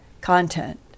content